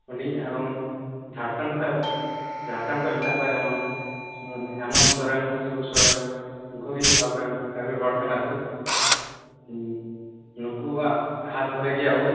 ᱩᱱᱤ ᱮᱵᱚᱝ ᱡᱷᱟᱲᱠᱷᱚᱸᱰ ᱠᱷᱚᱡ ᱡᱷᱟᱲᱠᱷᱚᱸᱰ ᱠᱷᱚᱡ ᱢᱮᱱᱟᱜ ᱠᱚᱣᱟ ᱡᱮᱢᱚᱱ ᱦᱮᱢᱚᱱᱛᱚ ᱥᱚᱨᱮᱱ ᱥᱤᱵᱩ ᱥᱚᱨᱮᱱ ᱩᱱᱠᱩᱜᱮ ᱟᱵᱚᱨᱮᱱ ᱟᱹᱭᱩᱨ ᱦᱚᱲ ᱠᱟᱱᱟ ᱠᱚ ᱱᱩᱠᱩᱣᱟᱜ ᱦᱟᱛ ᱫᱷᱚᱨᱮ ᱜᱮ ᱟᱵᱚ